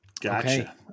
Gotcha